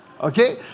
Okay